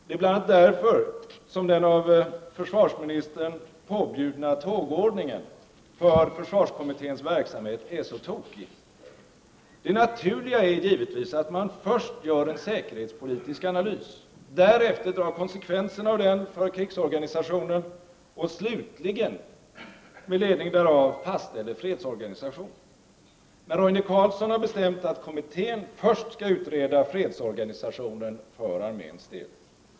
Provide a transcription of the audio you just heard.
Det är bl.a. därför som den av försvarsministern påbjudna tågordningen för försvarskommitténs verksamhet är så tokig. Det naturliga är givetvis att man först gör en säkerhetspolitisk analys, därefter drar konsekvenserna av denna för krigsorganisationen och slutligen med ledning därav fastställer fredsorganisationen. Men Roine Carlsson har bestämt att kommittén först skall utreda fredsorganisationen för arméns del.